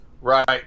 Right